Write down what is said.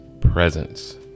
presence